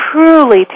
truly